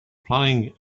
planning